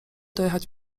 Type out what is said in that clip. dojechać